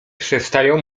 przestają